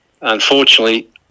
unfortunately